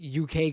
UK